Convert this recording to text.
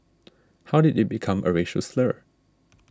how did it become a racial slur